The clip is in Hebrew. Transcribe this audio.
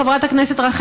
חבר כנסת שטרן,